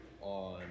on